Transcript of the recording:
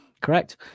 Correct